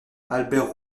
albert